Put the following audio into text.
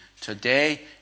Today